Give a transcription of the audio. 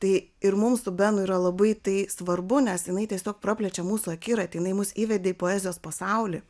tai ir mums su benu yra labai tai svarbu nes jinai tiesiog praplečia mūsų akiratį jinai mus įvedė į poezijos pasaulį